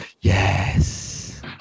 Yes